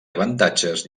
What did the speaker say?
avantatges